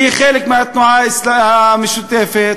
שהיא חלק מהתנועה המשותפת,